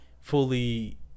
fully